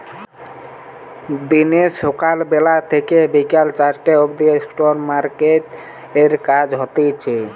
দিনে সকাল বেলা থেকে বিকেল চারটে অবদি স্টক মার্কেটে কাজ হতিছে